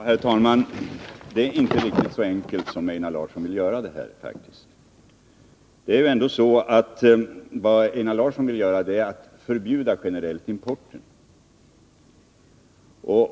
Herr talman! Detta är inte riktigt så enkelt som Einar Larsson vill få det till att vara. Vad Einar Larsson vill göra är att generellt förbjuda importen.